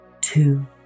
two